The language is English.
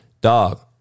Dog